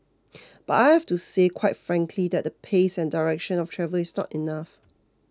but I have to say quite frankly that the pace and direction of travel is not enough